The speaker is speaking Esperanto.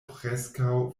preskaŭ